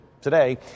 Today